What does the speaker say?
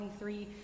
23